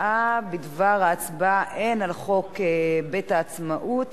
הודעה בדבר ההצבעה הן על חוק בית העצמאות